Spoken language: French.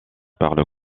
parle